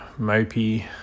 mopey